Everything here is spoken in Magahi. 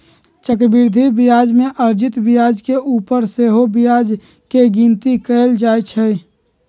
चक्रवृद्धि ब्याज में अर्जित ब्याज के ऊपर सेहो ब्याज के गिनति कएल जाइ छइ